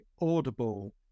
Audible